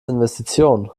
investition